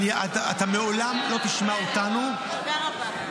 אתה לעולם לא תשמע אותנו --- תודה רבה.